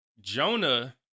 Jonah